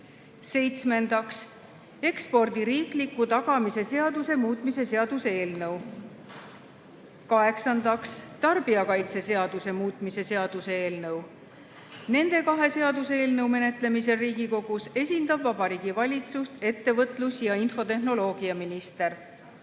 Seitsmendaks, ekspordi riikliku tagamise seaduse muutmise seaduse eelnõu. Kaheksandaks, tarbijakaitseseaduse muutmise seaduse eelnõu. Nende kahe seaduseelnõu menetlemisel Riigikogus esindab Vabariigi Valitsust ettevõtlus- ja infotehnoloogiaminister.